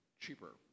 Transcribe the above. cheaper